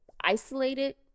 isolated